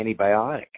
antibiotic